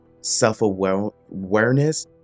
self-awareness